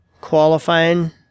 qualifying